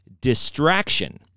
distraction